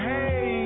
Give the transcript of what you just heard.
Hey